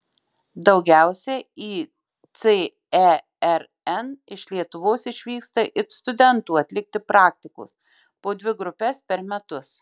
daugiausiai į cern iš lietuvos išvyksta it studentų atlikti praktikos po dvi grupes per metus